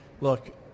Look